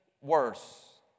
worse